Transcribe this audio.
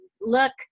look